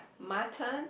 my turn